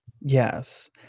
Yes